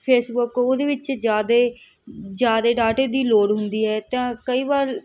Facebook ਉਹਦੇ ਵਿੱਚ ਜ਼ਿਆਦਾ ਜ਼ਿਆਦਾ ਡਾਟੇ ਦੀ ਲੋੜ ਹੁੰਦੀ ਹੈ ਤਾਂ ਕਈ ਵਾਰ